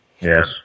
Yes